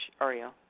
Ariel